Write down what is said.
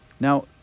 Now